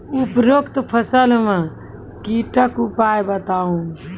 उपरोक्त फसल मे कीटक उपाय बताऊ?